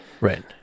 Right